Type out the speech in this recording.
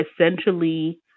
essentially